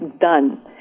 done